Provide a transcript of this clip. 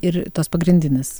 ir tos pagrindinis